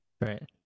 Right